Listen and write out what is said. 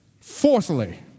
Fourthly